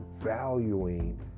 valuing